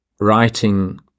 writing